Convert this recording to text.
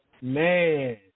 man